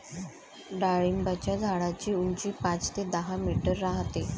डाळिंबाच्या झाडाची उंची पाच ते दहा मीटर राहते